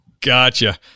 gotcha